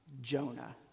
Jonah